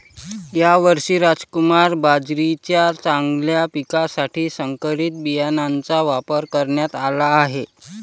यावर्षी रामकुमार बाजरीच्या चांगल्या पिकासाठी संकरित बियाणांचा वापर करण्यात आला आहे